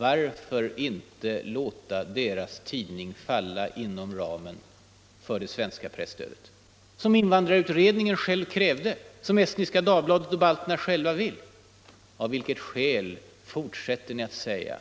Varför inte låta deras tidning falla inom ramen för det svenska presstödet som invandrarutredningen själv krävde, som Estniska Dagbladet och balterna själva vill? Av vilket skäl fortsätter ni att säga,